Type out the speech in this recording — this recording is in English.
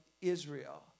Israel